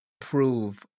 prove